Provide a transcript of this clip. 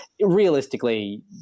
realistically